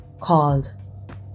called